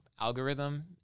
algorithm